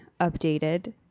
updated